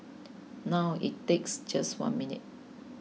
now it takes just one minute